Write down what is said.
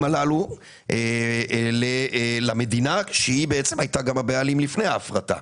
האלה בתנאים מסוימים למדינה שהייתה הבעלים לפני ההפרטה.